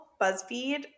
BuzzFeed